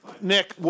Nick